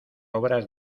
obras